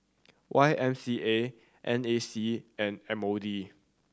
Y M C A N A C and M O D